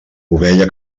ovella